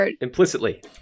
Implicitly